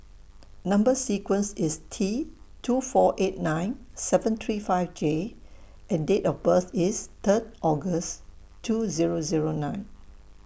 Number sequence IS T two four eight nine seven three five J and Date of birth IS Third August two Zero Zero nine